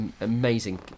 amazing